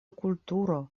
kulturo